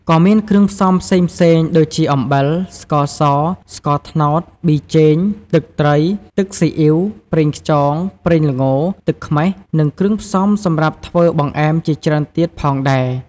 ក៏មានគ្រឿងផ្សំផ្សេងៗ ដូចជាអំបិល ស្ករស ស្ករត្នោត ប៊ីចេង ទឹកត្រី ទឹកស៊ីអ៊ីវ ប្រេងខ្យង ប្រេងល្ង ទឹកខ្មេះ និងគ្រឿងផ្សំសម្រាប់ធ្វើបង្អែមជាច្រើនទៀតផងដែរ។